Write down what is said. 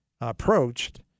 approached